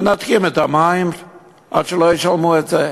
מנתקים את המים עד שלא ישלמו את זה.